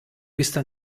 questa